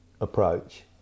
approach